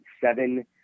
seven